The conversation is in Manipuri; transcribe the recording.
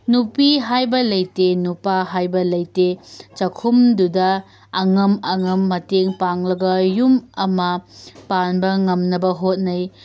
ꯅꯨꯄꯤ ꯍꯥꯏꯕ ꯂꯩꯇꯦ ꯅꯨꯄꯥ ꯍꯥꯏꯕ ꯂꯩꯇꯦ ꯆꯥꯛꯈꯨꯝꯗꯨꯗ ꯑꯉꯝ ꯑꯉꯝ ꯃꯇꯦꯡ ꯄꯥꯡꯂꯒ ꯌꯨꯝ ꯑꯃ ꯄꯥꯟꯕ ꯉꯝꯅꯕ ꯍꯣꯠꯅꯩ